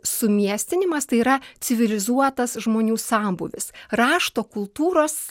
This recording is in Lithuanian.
sumiestinimas tai yra civilizuotas žmonių sambūvis rašto kultūros